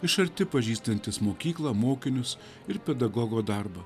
iš arti pažįstantis mokyklą mokinius ir pedagogo darbą